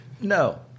no